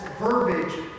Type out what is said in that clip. verbiage